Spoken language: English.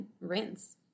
rinse